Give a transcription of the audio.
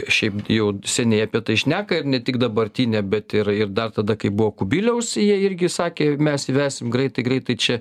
šiaip jau seniai apie tai šneka ir ne tik dabartinė bet ir ir dar tada kai buvo kubiliaus jie irgi sakė mes įvesim greitai greitai čia